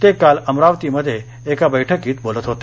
ते काल अमरावतीमध्ये एका बैठकीत बोलत होते